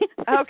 Okay